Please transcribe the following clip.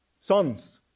Sons